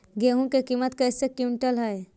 गेहू के किमत कैसे क्विंटल है?